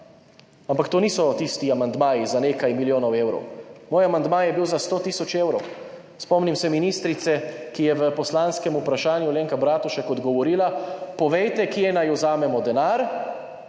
ampak to niso tisti amandmaji za nekaj milijonov evrov, moj amandma je bil za 100 tisoč evrov. Spomnim se ministrice Alenke Bratušek, ki je v poslanskem vprašanju odgovorila: »Povejte, kje naj vzamemo denar,